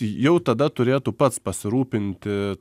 jau tada turėtų pats pasirūpinti